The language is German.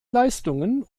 leistungen